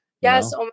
Yes